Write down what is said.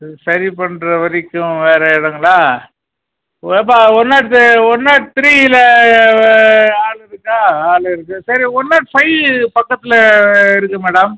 இது சரி பண்ணுற வரைக்கும் வேறு எடங்களாக ஏப்பா ஒன் நாட்டு ஒன் நாட் த்ரீல ஆள் இருக்கா ஆள் இருக்கு சரி ஒன் நாட் ஃபை பக்கத்தில் இருக்கு மேடம்